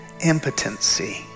impotency